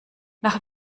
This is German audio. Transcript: nach